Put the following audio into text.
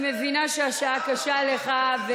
אני מבינה שהשעה קשה לך.